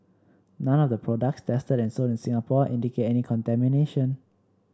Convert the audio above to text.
none of the products tested and sold in Singapore indicate any contamination